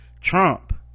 Trump